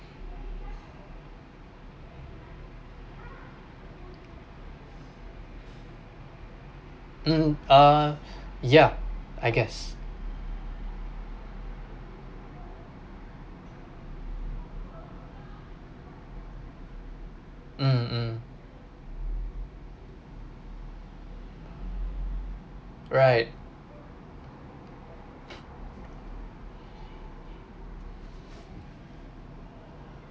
um ah yeah I guess mm mm right